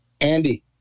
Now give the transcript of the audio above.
Andy